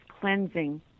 cleansing